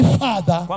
father